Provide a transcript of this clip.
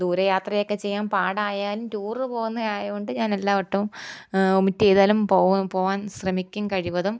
ദൂരെ യാത്രയൊക്കെ ചെയ്യാൻ പാടായാലും ടൂർ പോവുന്നത് ആയതുകൊണ്ട് ഞാൻ എല്ലാവട്ടവും വൊമിറ്റ് ചെയ്താലും പോവാൻ ശ്രമിക്കും കഴിവതും